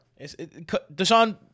Deshaun